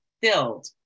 filled